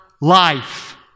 life